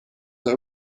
that